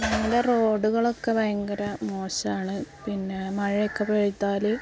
ഞങ്ങളുടെ റോഡുകളൊക്കെ ഭയങ്കര മോശമാണ് പിന്നെ മഴയൊക്കെ പെയ്താല്